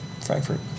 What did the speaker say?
Frankfurt